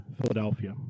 Philadelphia